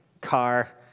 car